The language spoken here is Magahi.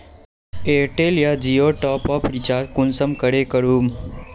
एयरटेल या जियोर टॉप आप रिचार्ज कुंसम करे करूम?